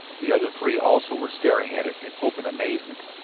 the other three also were staring at it in open amazement.